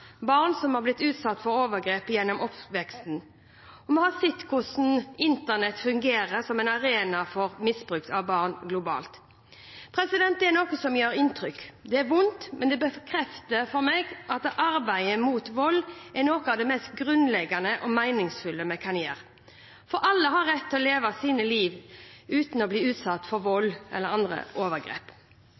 barn som har blitt utsatt for overgrep gjennom oppveksten. Vi har sett hvordan internett fungerer som en arena for misbruk av barn globalt. Det er noe som gjør inntrykk. Det er vondt, men det bekrefter for meg at arbeidet mot vold er noe av det mest grunnleggende og meningsfulle vi kan gjøre. Alle har rett til å leve sine liv uten å bli utsatt for vold eller andre overgrep.